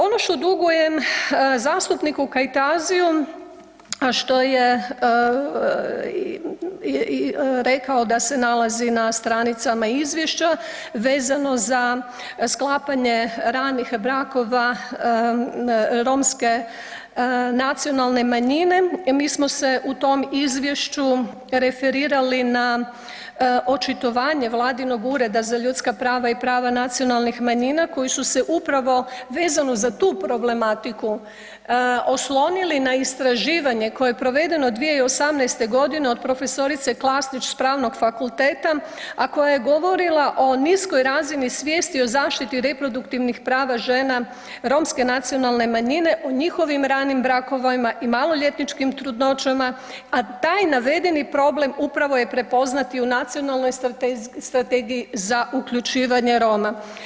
Ono što dugujem zastupniku Kajtaziju, a što je rekao da se nalazi na stranicama izvješća vezano za sklapanje ranih brakova romske nacionalne manjine, mi smo se u tom izvješću referirali na očitovanje vladinog Ureda za ljudska prava i prava nacionalnih manjina koji su se upravo vezano za tu problematiku oslonili na istraživanje koje je provedeno 2018.g. od prof. Klasnić s pravnog fakulteta, a koja je govorila o niskoj razini svijesti o zaštiti reproduktivnih prava žena Romske nacionalne manjine u njihovim ranim brakovima i maloljetničkim trudnoćama, a taj navedeni problem upravo je prepoznat i u Nacionalnoj strategiji za uključivanje Roma.